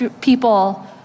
people